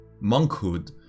monkhood